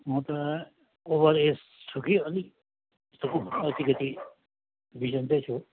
म त over age छु कि अलिक अलिकति बिसन्चै छु